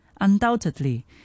Undoubtedly